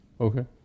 okay